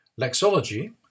Lexology